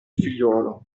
figliuolo